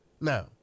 Now